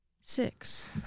Six